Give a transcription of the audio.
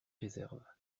réserve